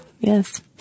Yes